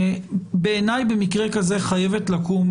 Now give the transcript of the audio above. בעיניי, במקרה כזה חייבת לקום